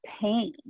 pain